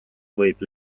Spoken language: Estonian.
võib